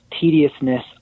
tediousness